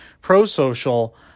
pro-social